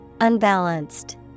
Unbalanced